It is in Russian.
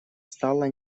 стало